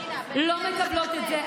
לא מקבלות את זה.